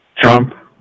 Trump